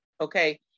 okay